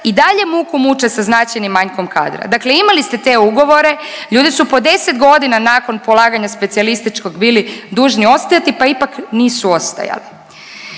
i dalje muku muče sa značajnim manjkom kadra. Dakle, imali ste te ugovore, ljudi su po deset godina nakon polaganja specijalističkog bili dužni ostajati pa ipak nisu ostajali.